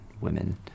women